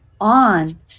on